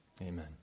Amen